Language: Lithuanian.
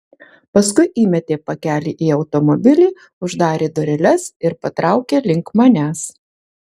paskui įmetė pakelį į automobilį uždarė dureles ir patraukė link manęs